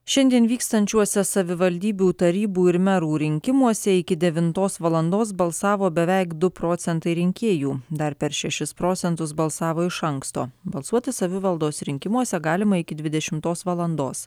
šiandien vykstančiuose savivaldybių tarybų ir merų rinkimuose iki devintos valandos balsavo beveik du procentai rinkėjų dar per šešis procentus balsavo iš anksto balsuoti savivaldos rinkimuose galima iki dvidešimtos valandos